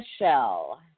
Michelle